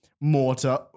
mortar